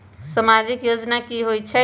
समाजिक योजना की होई छई?